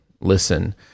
listen